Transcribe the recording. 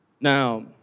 Now